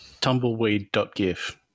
Tumbleweed.gif